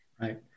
Right